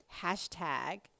hashtag